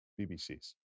BBCs